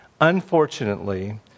Unfortunately